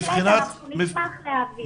בהחלט, אנחנו נשמח להעביר.